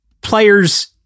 players